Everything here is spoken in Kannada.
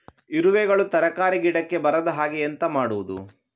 ಇರುವೆಗಳು ತರಕಾರಿ ಗಿಡಕ್ಕೆ ಬರದ ಹಾಗೆ ಎಂತ ಮಾಡುದು?